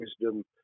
wisdom